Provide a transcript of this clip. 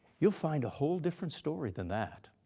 you'll find a whole different story than that.